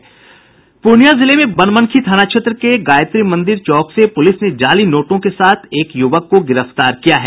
पूर्णिया जिले में बनमनखी थाना क्षेत्र के गायत्री मंदिर चौक से पुलिस ने जाली नोटों के साथ एक युवक को गिरफ्तार किया है